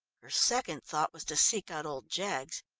her second thought was to seek out old jaggs,